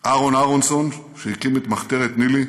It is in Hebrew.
אהרן אהרונסון, שהקים את מחתרת ניל"י,